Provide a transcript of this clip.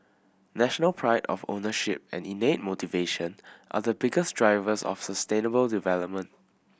national pride of ownership and innate motivation are the biggest drivers of sustainable development